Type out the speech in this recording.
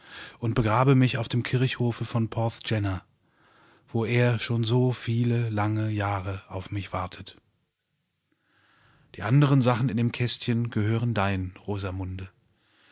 legeesmirmitdeinen eigenenteurenhändenaufdiebrustundeinelockevondeinemhaardazuundbegrabe mich auf dem kirchhofe von porthgenna wo er schon so viele lange jahre auf mich wartet die andern sachen in dem kästchen gehören dein rosamunde